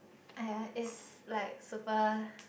!aiya! it's like super